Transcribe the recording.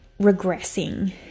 regressing